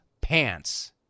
pants